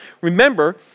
Remember